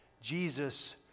Jesus